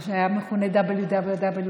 מה שהיה מכונה WWW,